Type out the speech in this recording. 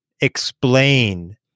explain